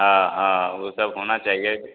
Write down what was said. हाँ हाँ वह सब होना चाहिए